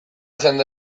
jende